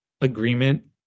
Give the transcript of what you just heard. agreement